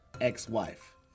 ex-wife